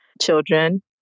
children